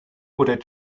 oder